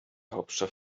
hauptstadt